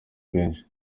kenshi